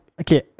okay